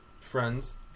friends